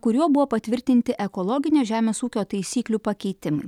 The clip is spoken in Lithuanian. kuriuo buvo patvirtinti ekologinio žemės ūkio taisyklių pakeitimai